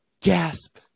Gasp